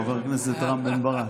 חבר הכנסת רם בן ברק.